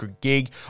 gig